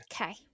Okay